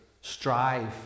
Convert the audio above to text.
Strive